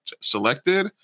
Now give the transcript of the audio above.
selected